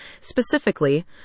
Specifically